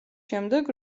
შემდეგ